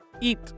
eat